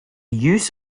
use